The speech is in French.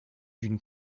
d’une